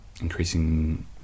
increasing